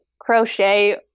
crochet